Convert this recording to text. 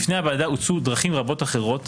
בפני הוועדה הוצעו דרכים רבות אחרות